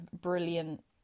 brilliant